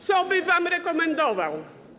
Co by wam rekomendował?